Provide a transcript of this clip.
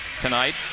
tonight